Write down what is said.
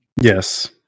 Yes